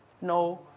no